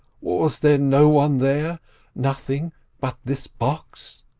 was there no one there nothing but this box?